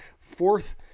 fourth